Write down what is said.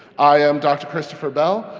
i am dr. christopher bell,